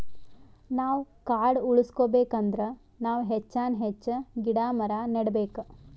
ನಾವ್ ಕಾಡ್ ಉಳ್ಸ್ಕೊಬೇಕ್ ಅಂದ್ರ ನಾವ್ ಹೆಚ್ಚಾನ್ ಹೆಚ್ಚ್ ಗಿಡ ಮರ ನೆಡಬೇಕ್